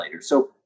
So-